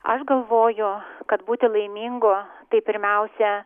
aš galvoju kad būti laimingu tai pirmiausia